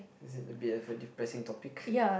this is a bit of a depressing topic